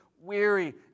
weary